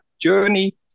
journey